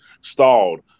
stalled